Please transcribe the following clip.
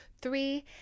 Three